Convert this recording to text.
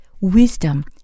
wisdom